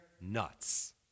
nuts